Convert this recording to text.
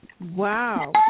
Wow